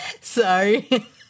Sorry